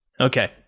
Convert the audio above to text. Okay